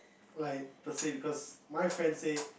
like firstly because my friend say